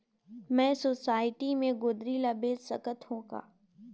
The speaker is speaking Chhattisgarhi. मैं सोसायटी मे जोंदरी ला बेच सकत हो का?